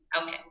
Okay